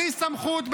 בלי סמכות,